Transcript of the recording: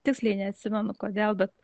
tiksliai neatsimenu kodėl bet